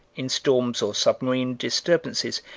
in storms or submarine disturbances,